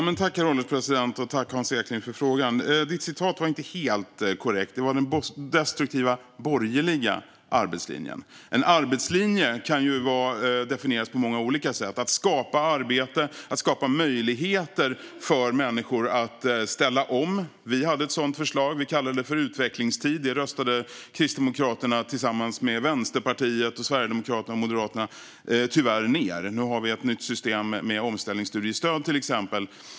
Herr ålderspresident! Jag tackar Hans Eklind för frågan. Citatet var inte helt korrekt. Det var den destruktiva borgerliga arbetslinjen. En arbetslinje kan ju definieras på många olika sätt - att skapa arbete, att skapa möjligheter för människor att ställa om. Vi hade ett sådant förslag som vi kallade utvecklingstid. Det röstade Kristdemokraterna tillsammans med Vänsterpartiet, Sverigedemokraterna och Moderaterna tyvärr ned. Nu har vi ett nytt system på gång med exempelvis omställningsstudiestöd.